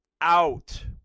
out